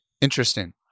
Interesting